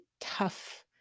tough